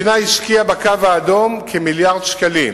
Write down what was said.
השקיעה ב"קו האדום" כמיליארד שקלים,